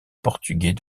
portugais